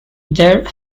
there